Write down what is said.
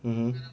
mm mm